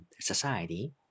society